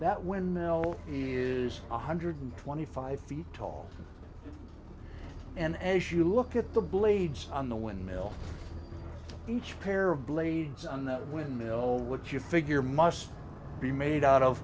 that when mel is one hundred and twenty five feet tall and as you look at the blades on the windmill each pair of blades on that when mel what you figure must be made out of